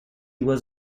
was